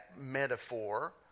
metaphor